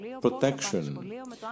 protection